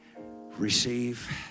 receive